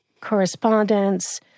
correspondence